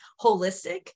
holistic